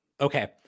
Okay